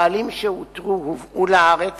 הבעלים שאותרו הובאו לארץ,